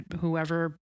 whoever